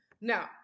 Now